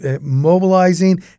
mobilizing